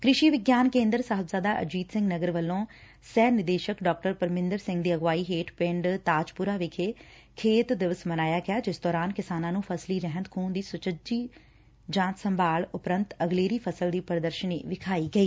ਕ੍ਰਿਸ਼ੀ ਵਿਗਿਆਨ ਕੇਦਰ ਸਾਹਿਬਜ਼ਾਦਾ ਅਜੀਤ ਸਿੰਘ ਨਗਰ ਵੱਲੋ ਸਹਿ ਨਿਦੇਸ਼ਕ ਡਾ ਪਰਮਿੰਦਰ ਸਿੰਘ ਦੀ ਅਗਵਾਈ ਹੇਠ ਪਿੰਡ ਤਾਜਪੁਰਾ ਵਿਖੇ ਖੇਤ ਦਿਵਸ ਮਨਾਇਆ ਗਿਆ ਜਿਸ ਦੌਰਾਨ ਕਿਸਾਨਾਂ ਨੂੰ ਫਸਲੀ ਰਹਿੰਦ ਖੂੰਹਦ ਦੀ ਸੁਚੱਜੀ ਸੰਭਾਲ ਉਪਰੰਤ ਅਗਲੇਰੀ ਫਸਲ ਦੀ ਪ੍ਰਦਰਸ਼ਨੀ ਵਿਖਾਈ ਗਈ